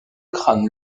crâne